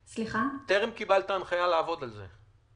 טרם קיבלת הנחיה לעבוד על זה?